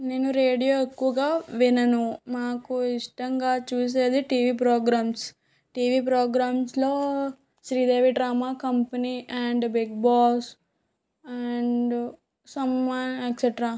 నేను రేడియో ఎక్కువగా వినను మాకు ఇష్టంగా చూసేది టీవీ ప్రోగ్రామ్స్ టీవీ ప్రోగ్రామ్స్లో Sridevi drama company and Bigg Boss and someone etcetera